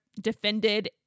defended